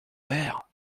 verre